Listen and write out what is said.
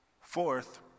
Fourth